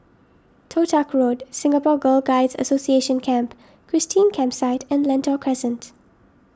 Toh Tuck Road Singapore Girl Guides Association Camp Christine Campsite and Lentor Crescent